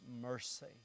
mercy